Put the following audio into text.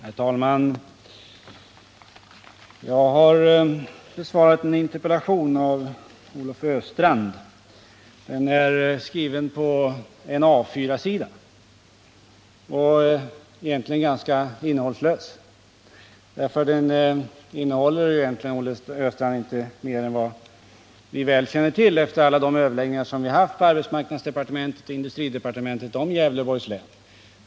Herr talman! Jag har besvarat en interpellation av Olle Östrand. Den är skriven på en A 4-sida och är egentligen ganska innehållslös. Den innehåller egentligen, Olle Östrand, inte mer än vad vi väl känner till efter alla de överläggningar som vi har haft på arbetsmarknadsdepartementet och industridepartementet om Gävleborgs län.